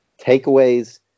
Takeaways